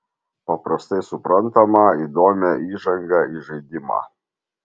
paprastai suprantamą įdomią įžangą į žaidimą